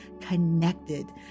connected